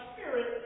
spirit